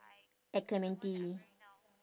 at clementi